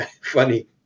funny